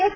S